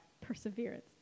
perseverance